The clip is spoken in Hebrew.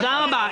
תודה רבה.